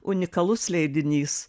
unikalus leidinys